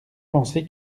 pensé